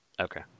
Okay